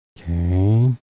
Okay